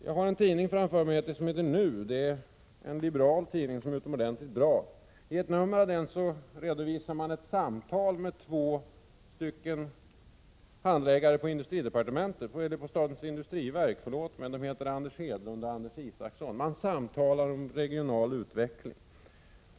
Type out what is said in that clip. Jag har här en tidning som heter Nu, en liberal tidning som är utomordentligt bra. I ett nummer redovisas ett samtal med två handläggare på statens industriverk, Anders Hedlund och Anders Isaksson, om regional utveckling.